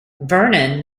vernon